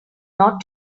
not